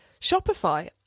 Shopify